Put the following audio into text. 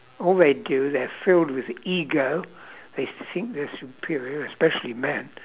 all they do they're filled with ego they think they're superior especially men